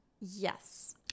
yes